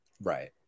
Right